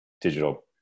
digital